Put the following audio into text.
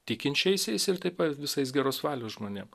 tikinčiaisiais ir taip pat visais geros valios žmonėm